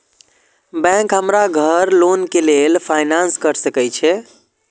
Bank हमरा घर loan के लेल फाईनांस कर सके छे?